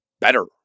better